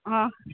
हँ